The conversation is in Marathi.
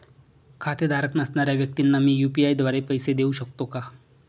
खातेधारक नसणाऱ्या व्यक्तींना मी यू.पी.आय द्वारे पैसे देऊ शकतो का?